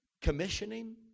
commissioning